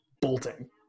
bolting